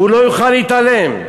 והוא לא יוכל להתעלם.